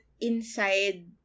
inside